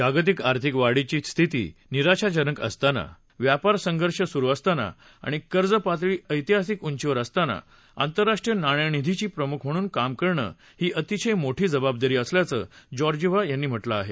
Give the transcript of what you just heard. जागतिक आर्थिक वाढीची स्थिती निराशाजनक असताना व्यापार संघर्ष सुरु असताना आणि कर्जपातळी ऐतिहासिक उंचीवर असताना आंतरराष्ट्रीय नाणेनिधीची प्रमुख म्हणून काम करणं ही अतिशय मोठी जबाबदारी असल्याचं जॉर्जिव्हा यांनी म्हटलं आहे